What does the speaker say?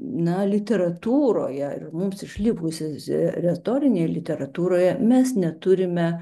na literatūroje ir mums išlikusioje retorinėje literatūroje mes neturime